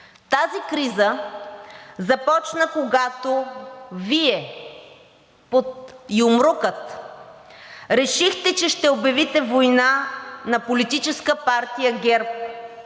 Тази криза започна, когато Вие, под юмрука решихте, че ще обявите война на Политическа партия ГЕРБ,